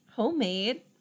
Homemade